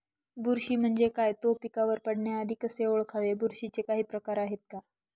बुरशी म्हणजे काय? तो पिकावर पडण्याआधी कसे ओळखावे? बुरशीचे काही प्रकार आहेत का?